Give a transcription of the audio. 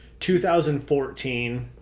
2014